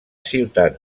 ciutats